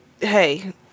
hey